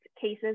cases